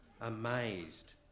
amazed